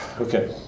Okay